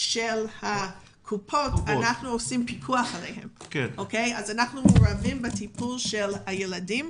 של הקופות כך שאנחנו מעורבים בטיפול בילדים.